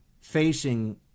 facing